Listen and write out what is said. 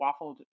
waffled